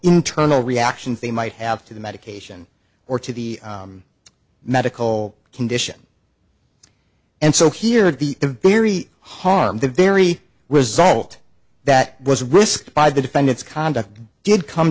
internal reactions they might have to the medication or to the medical condition and so here is the very harm the very result that was risk by the defendant's conduct did come